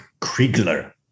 Kriegler